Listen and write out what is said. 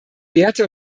werte